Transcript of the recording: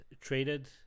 traded